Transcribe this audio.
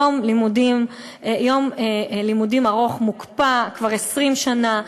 יום לימודים ארוך מוקפא כבר 20 שנה.